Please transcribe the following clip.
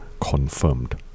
confirmed